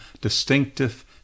distinctive